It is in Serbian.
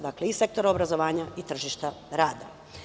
Dakle, i sektora obrazovanja i tržišta rada.